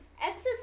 exercise